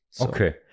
Okay